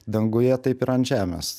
danguje taip ir ant žemės